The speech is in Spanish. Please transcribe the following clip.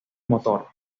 motor